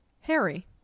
Harry